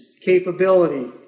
capability